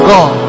God